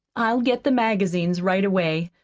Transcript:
i'll get the magazines right away.